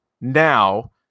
now